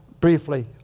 briefly